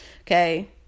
okay